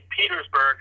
Petersburg